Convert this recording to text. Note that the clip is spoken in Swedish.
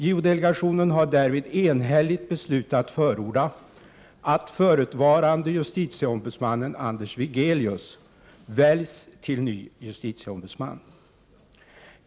JO-delegationen har därvid enhälligt beslutat förorda att förutvarande justitieombudsmannen Anders Wigelius väljs till ny justitieombudsman.